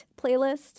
playlist